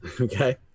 Okay